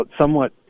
somewhat